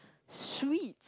sweet